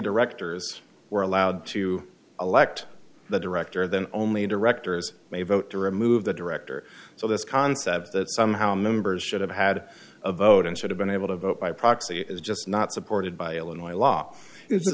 directors were allowed to elect the director then only directors may vote to remove the director so this concept that somehow members should have had a vote and should have been able to vote by proxy is just not supported by illinois law if th